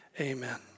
Amen